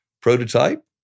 prototype